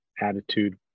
attitude